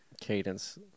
Cadence